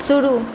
शुरू